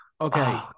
Okay